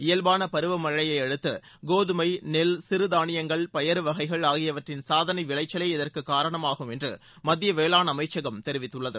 இயவ்பான பருவமனழயை அடுத்து கோதுமை நெல் சிறு தானியங்கள் பயறு வகைகள் ஆகியவற்றின் சாதனை விளைச்சளே இதற்கு காரணமாகும் என்று மத்திய வேளாண் அமைச்சகம் தெரிவித்துள்ளது